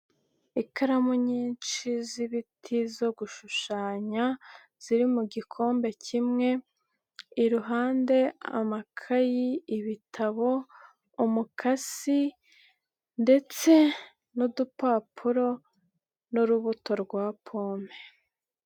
Ikaramu nyinshi z'ibiti zo gushushanya, ziri mu gikombe kimwe, iruhande amakayi ibitabo, umukasi, ndetse, n'udupapuro, n'urubuto rwa pome.